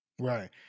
Right